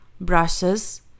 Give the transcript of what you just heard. Brushes